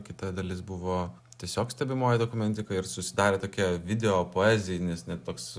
kita dalis buvo tiesiog stebimoji dokumentika ir susidarė tokia video poezinis net toks